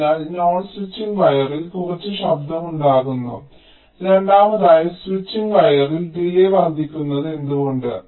അതിനാൽ non switching വയറിൽ കുറച്ച് ശബ്ദം ഉണ്ടാകുന്നു രണ്ടാമതായി സ്വിച്ചിംഗ് വയറിൽ ഡിലേയ് വർദ്ധിക്കുന്നത് എന്തുകൊണ്ട്